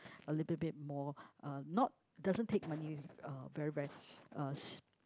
a little bit more uh not doesn't take money uh very very uh s~